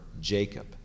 Jacob